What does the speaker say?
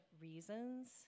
reasons